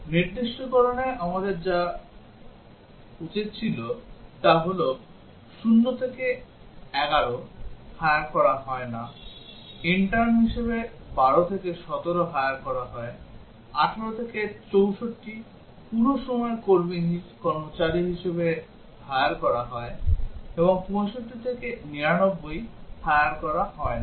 নির্দিষ্টকরণে আমাদের যা করা উচিত তা হল 0 থেকে 11 hire করা হয় না ইন্টার্ন হিসাবে 12 থেকে 17 hire করা হয় 18 থেকে 64 পুরো সময়ের কর্মচারী হিসাবে hire করা হয় এবং 65 থেকে 99 hire করা হয় না